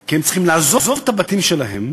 כי הם צריכים לעזוב את הבתים שלהם,